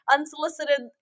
Unsolicited